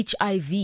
HIV